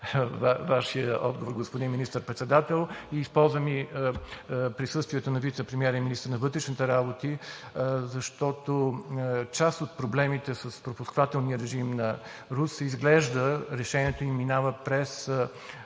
Вашия отговор, господин Министър-председател. Използвам и присъствието на вицепремиера и министър на вътрешните работи, защото част от проблемите с пропускателния режим на Русе – изглежда решението им минава през